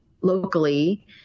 locally